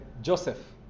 Joseph